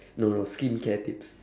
no no skincare tips